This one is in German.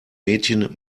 mädchen